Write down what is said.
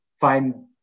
find